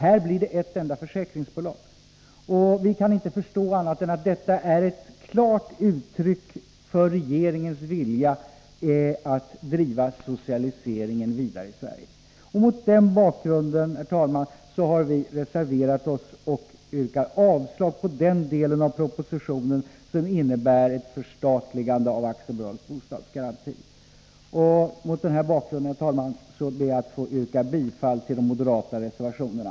Här blir det ett enda försäkringsbolag, och vi kan inte förstå annat än att detta är ett klart uttryck för regeringens vilja att driva socialiseringen vidare i Sverige. Mot den bakgrunden, herr talman, har vi reserverat oss och yrkar avslag på den del av propositionen som innebär ett förstatligande av AB Bostadsgaranti. Herr talman! Jag ber att få yrka bifall till de moderata reservationerna.